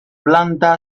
planta